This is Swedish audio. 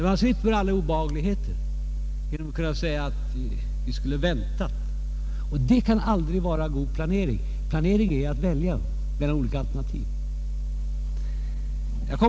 Man slipper alla obehagligheter genom att säga: Vi skall vänta. Det kan aldrig vara god planering. Planering är att välja mellan olika alternativ.